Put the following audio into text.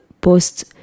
post